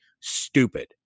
stupid